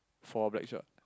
for blackshot